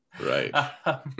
right